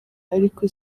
ariko